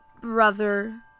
brother